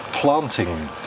Planting